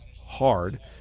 hard